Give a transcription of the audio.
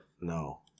No